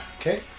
Okay